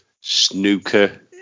snooker